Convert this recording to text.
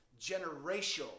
generational